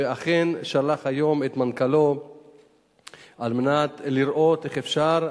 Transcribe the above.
ואכן הוא שלח היום את מנכ"לו על מנת לראות איך אפשר,